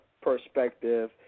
perspective